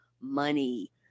money